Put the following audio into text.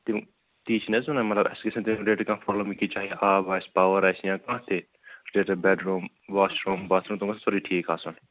تہِ تی چھِناہ حظ وَنان مطلب اَسہِ گَژھِ نہٕ تٔتۍ ڈیٹہِ کیٚنٛہہ پرٛابلِم گَژھٕنۍ چاہے آب آسہِ پاور آسہِ یا کانٛہہ تہِ bedroom washroom bathroom تِم گَژھِ سورُے ٹھیٖک آسُن